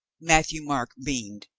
matthieu-marc beamed.